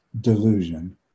delusion